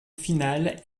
finale